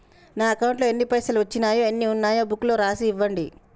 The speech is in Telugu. నా అకౌంట్లో ఎన్ని పైసలు వచ్చినాయో ఎన్ని ఉన్నాయో బుక్ లో రాసి ఇవ్వండి?